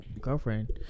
girlfriend